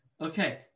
Okay